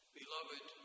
Beloved